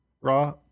Raw